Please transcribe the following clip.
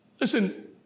Listen